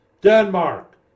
Denmark